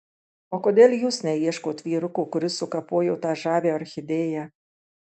o kodėl jūs neieškot vyruko kuris sukapojo tą žavią orchidėją